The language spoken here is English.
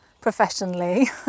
professionally